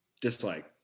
Dislike